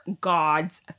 Gods